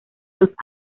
los